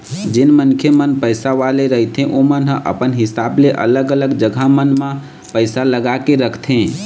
जेन मनखे मन पइसा वाले रहिथे ओमन ह अपन हिसाब ले अलग अलग जघा मन म पइसा लगा के रखथे